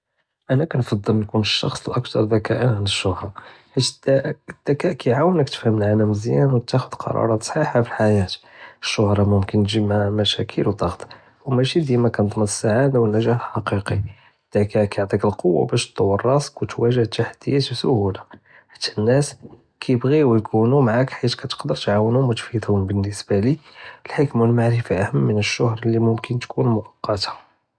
אנא כנפעל נכון אלשחס אלאכתר דכא עלא אלשהרה, חית אלדכא כיעאונך תפהם אלעלם מזיין ותאخذ קרארות סחיחה פי אלחאיה. אלשהרה מוכנ תג'יב מעאחהם משאקיל ודע'ט, ומאשי דימה כתדמן אססעדה ואלנג'אח אלחאקיקי. אלדכא כיעטיכ אלכוה בש תטוור ראסק ותוואג' האלתחדיאת בסהולה, חית אלנאס כיבג'ו יכונו מעאכ חית כתקדר תעאונهم ותפידهم. בלאנסבה לי אלחכמה ואלמעלומה אחם מן אלשהרה אללי מוכנ תכון מועקטאן.